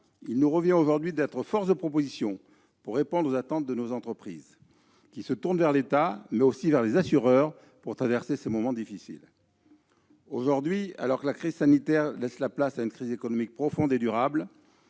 il nous revient aujourd'hui d'être force de proposition pour répondre aux attentes de nos entreprises, qui se tournent vers l'État mais aussi vers les assureurs, afin de traverser ces moments difficiles. Aujourd'hui, alors que la crise sanitaire laisse la place à une crise économique profonde et durable,